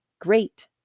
Great